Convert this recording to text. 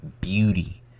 beauty